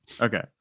Okay